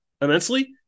immensely